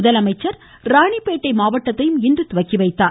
முதலமைச்சர் ராணிப்பேட்டை மாவட்டத்தையும் இன்று தொடங்கி வைத்தார்